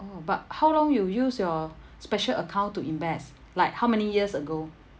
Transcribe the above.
oh but how long you use your special account to invest like how many years ago